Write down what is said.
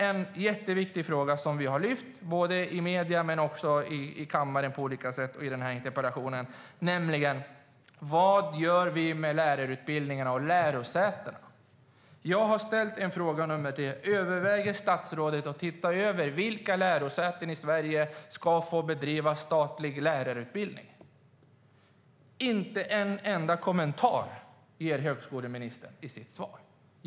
En jätteviktig fråga som vi lyft fram både i medierna och på olika sätt i kammaren, också i den här interpellationen, är vad vi gör med lärarutbildningarna och lärosätena. Jag har ställt frågan ifall statsrådet överväger att se över vilka lärosäten i Sverige som ska få bedriva statlig lärarutbildning. Inte en enda kommentar ger högskoleministern i sitt svar.